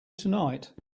tonight